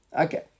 Okay